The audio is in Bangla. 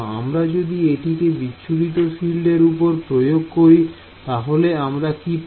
আমরা যদি এটিকে বিচ্ছুরিত ফিল্ড এর উপর প্রয়োগ করি তাহলে আমরা কী পাব